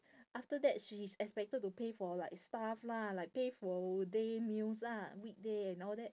after that she is expected to pay for like stuff lah like pay for day meals lah weekday and all that